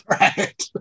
Right